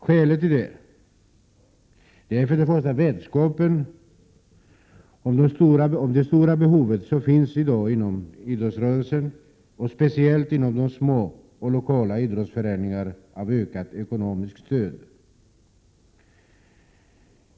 Skälet till detta är för det första vetskapen om det stora behov som i dag föreligger inom idrottsrörelsen och speciellt inom små och lokala idrottsföreningar av ökat ekonomiskt stöd.